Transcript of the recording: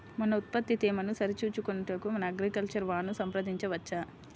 మన ఉత్పత్తి తేమను సరిచూచుకొనుటకు మన అగ్రికల్చర్ వా ను సంప్రదించవచ్చా?